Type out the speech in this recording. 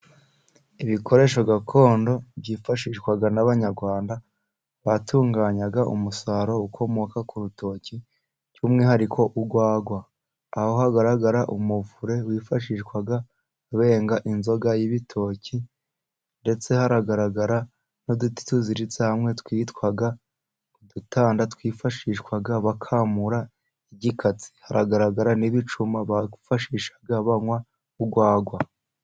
Ibikoresho gakondo byifashishwaga n'Abanyarwanda batunganya umusaruro ukomoka ku rutoki, by'umwihariko urwagwa. Aho hagaragara umuvure wifashishwaga benga inzoga y'ibitoki, ndetse hagaragara n'uduti tuziritse hamwe twitwaga udutanda, twifashishwaga bakamura igikatsi. Haragaragara n'ibicuma bifashishaga banywa urwagwa.